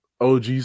OG